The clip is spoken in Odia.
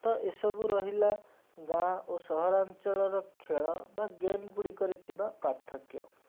ତ ଏସବୁ ରହିଲା ଗାଁ ଓ ସହରାଞ୍ଚଳର ଖେଳ ବା ଗେମ୍ ଗୁଡ଼ିକରେ ଥିବା ପାର୍ଥକ୍ୟ